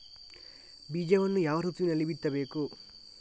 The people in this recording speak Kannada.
ಬೀಜವನ್ನು ಯಾವ ಋತುವಿನಲ್ಲಿ ಬಿತ್ತಬೇಕು?